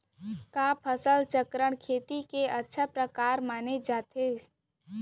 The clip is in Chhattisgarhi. का फसल चक्रण, खेती के अच्छा प्रकार माने जाथे सकत हे?